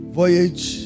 voyage